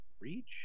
Reach